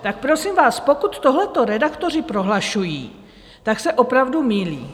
Tak prosím vás, pokud tohleto redaktoři prohlašují, tak se opravdu mýlí.